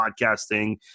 podcasting